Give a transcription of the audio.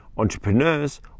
entrepreneurs